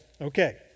Okay